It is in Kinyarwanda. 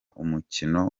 umukino